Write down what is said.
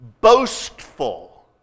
boastful